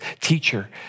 teacher